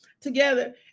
together